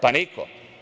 Pa, niko.